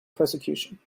persecution